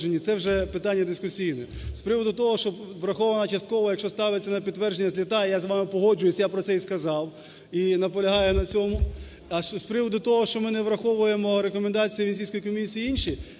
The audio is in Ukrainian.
Це вже питання дискусійне. З приводу того, що враховано частково, якщо ставиться на підтвердження, злітає, я з вами погоджуюся, я про це і сказав і наполягаю на цьому. А з приводу того, що ми не враховуємо рекомендації Венеційської комісії і інші,